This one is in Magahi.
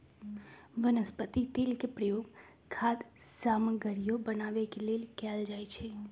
वनस्पति तेल के प्रयोग खाद्य सामगरियो बनावे के लेल कैल जाई छई